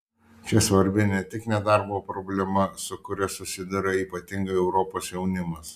čia svarbi ne tik nedarbo problema su kuria susiduria ypatingai europos jaunimas